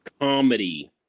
comedy